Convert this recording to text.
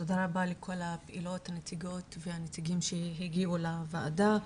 תודה רבה לכל הנציגות והנציגים שהגיעו לוועדה.